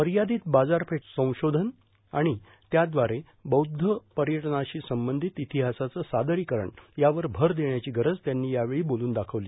मर्यादित बाजारपेठ संशोधन आणि त्याद्वारे बौद्ध पर्यटनाशी संबंधित इतिहासाचं सादरीकरण यावर भर देण्याची गरज त्यांनी यावेळी बोलून दाखवली